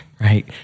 Right